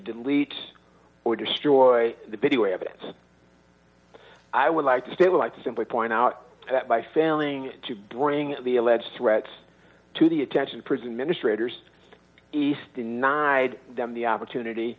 delete or destroy the video evidence i would like to stay alive to simply point out that by failing to bring the alleged threats to the attention prison ministry of yours is denied them the opportunity